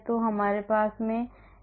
तो हमारे पास xy का dydx f है